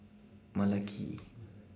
Malaki